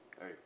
Hey